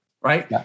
right